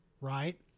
right